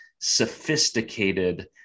sophisticated